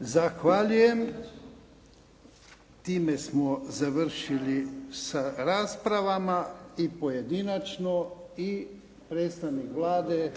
Zahvaljujem. Time smo završili sa raspravama i pojedinačno i predstavnik Vlade